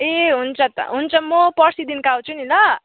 ए हुन्छ त हुन्छ म पर्सिदेखिन्को आउँछु नि ल